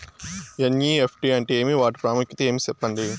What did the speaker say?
NEFT అంటే ఏమి వాటి ప్రాముఖ్యత ఏమి? సెప్పండి?